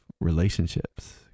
relationships